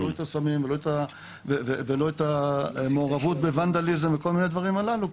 ולא את הסמים ולא את המעורבות בוונדליזם וכל הדברים הללו,